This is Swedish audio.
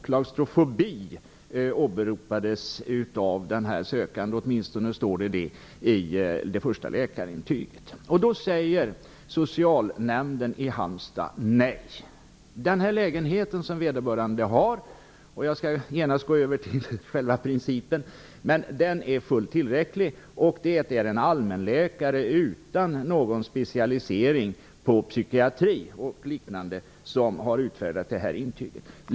Klaustrofobi åberopades av den sökande i det aktuella fallet, åtminstone är det vad som står i det första läkarintyget. Socialnämnden i Halmstad säger nej. Lägenheten som vederbörande har är fullt tillräcklig. Det är en allmänläkare utan specialisering i psykiatri eller liknande som har utfärdat läkarintyget.